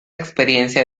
experiencia